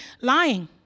lying